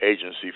Agency